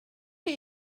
chi